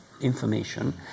information